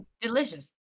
Delicious